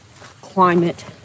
climate